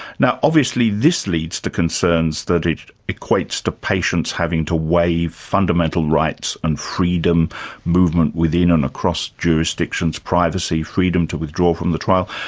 now, obviously this leads to concerns that it equates to patients having to waive fundamental rights and freedom movement within and across jurisdictions, privacy, freedom to withdraw from the trial.